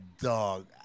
Dog